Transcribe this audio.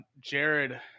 Jared